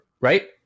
Right